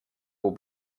will